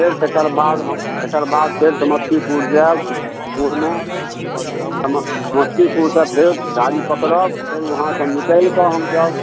फेर तकर बाद हम तकर बाद फेर समस्तीपुर जायब कहुना समस्तीपुरसँ फेर गाड़ी पकड़ब फेर वहाँसँ निकलि कऽ हम सब